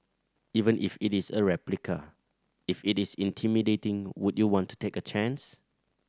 even if it is a replica if it is intimidating would you want to take a chance